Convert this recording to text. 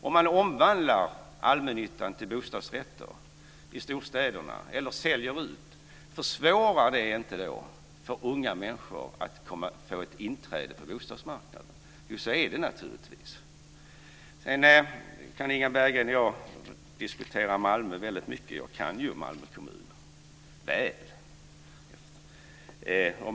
Om man omvandlar allmännyttan till bostadsrätter i storstäderna eller säljer ut den, försvåras då inte unga människors tillträde till bostadsmarknaden? Jo, så är det naturligtvis. Inga Berggren och jag kan vidare diskutera Malmö väldigt mycket. Jag kan ju Malmö kommun.